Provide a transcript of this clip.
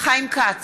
חיים כץ,